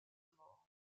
mort